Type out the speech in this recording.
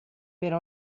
per